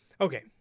okay